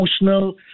emotional